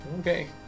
Okay